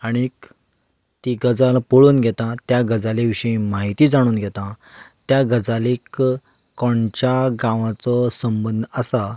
आनी ती गजाल पळोवन घेतां त्या गजाली विशीं म्हायती जाणून घेतां त्या गजालीक खंयच्या गांवाचो सबंद आसा